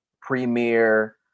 premier